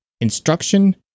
instruction